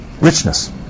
richness